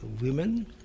women